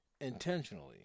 intentionally